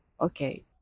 Okay